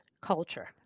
culture